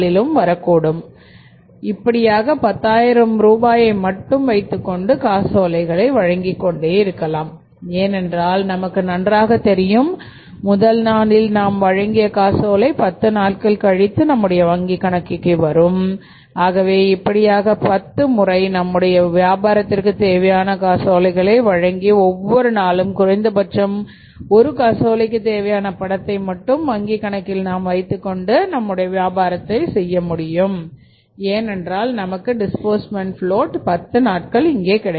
வரக்கூடும் நாளிலும் இப்படியாக 10000 ரூபாயை வைத்துக்கொண்டு காசோலைகளை வழங்கலாம் ஏனென்றால் நமக்கு நன்றாக தெரியும் முதல் நாளில் நாம் வழங்கிய காசோலையை பத்து நாட்கள் கழித்து நம்முடைய வங்கிக் கணக்கிற்கு வரும் ஆகவே இப்படியாக பத்து முறை நம்முடைய வியாபாரத்திற்கு தேவையான காசோலைகளை வழங்கி ஒவ்வொரு நாளும் குறைந்தபட்சம் ஒரு காசோலைக்கு தேவையான பணத்தை மட்டும் வங்கி கணக்கில் நாம் வைத்துக் கொண்டு நம்முடைய வியாபாரத்தை செய்ய முடியும் ஏனென்றால் நமக்கு டிஸ்பூர்ஸ்மெண்ட் ப்லோட்disbursement float0 பத்து நாட்கள் கிடைக்கிறது